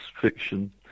fiction